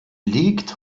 liegt